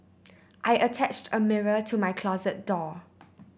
I attached a mirror to my closet door